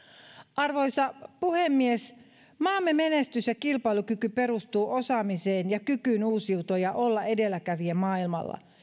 arvoisa puhemies maamme menestys ja kilpailukyky perustuu osaamiseen ja kykyyn uusiutua ja olla edelläkävijä maailmalla